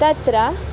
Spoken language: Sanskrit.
तत्र